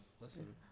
Listen